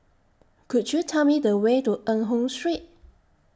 Could YOU Tell Me The Way to Eng Hoon Street